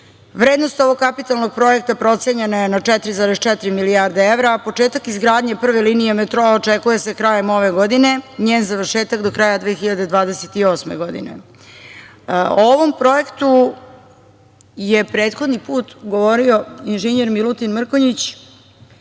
Vrednost ovog kapitalnog projekta procenjena je na 4,4 milijarde evra, a početak izgradnje prve linije metroa očekuje se krajem ove godine, njen završetak do kraja 2028. godine.O ovom projektu je prethodni put govorio inženjer Milutin Mrkonjić